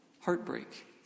heartbreak